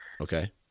okay